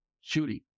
shooting